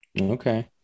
Okay